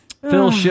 Phil